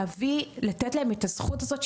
להביא ולתת להם את הזכות הזאת,